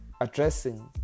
addressing